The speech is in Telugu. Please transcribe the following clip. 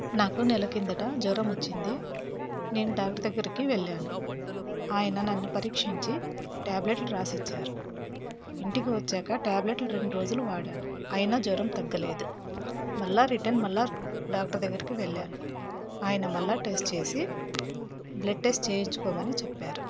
నాకు నెల కిందట జ్వరం వచ్చింది నేను డాక్టర్ దగ్గరికి వెళ్ళాను ఆయన నన్ను పరీక్షించి ట్యాబ్లెట్లు రాసిచ్చారు ఇంటికి వచ్చాక ట్యాబ్లెట్లు రెండు రోజులు వాడాను అయినా జ్వరం తగ్గలేదు మళ్ళా రిటర్న్ మళ్ళా డాక్టర్ దగ్గరికి వెళ్ళాను ఆయన మళ్ళా టెస్ట్ చేసి బ్లడ్ టెస్ట్ చేయించుకోమని చెప్పారు